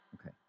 Okay